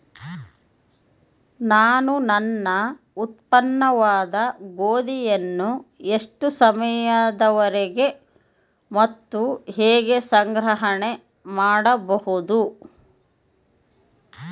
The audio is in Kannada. ನಾನು ನನ್ನ ಉತ್ಪನ್ನವಾದ ಗೋಧಿಯನ್ನು ಎಷ್ಟು ಸಮಯದವರೆಗೆ ಮತ್ತು ಹೇಗೆ ಸಂಗ್ರಹಣೆ ಮಾಡಬಹುದು?